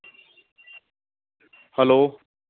hello